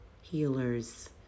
healers